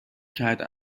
کرده